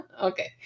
Okay